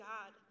God